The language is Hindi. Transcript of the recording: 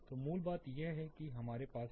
तो मूल बात यह है कि हमारे पास है